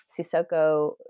Sisoko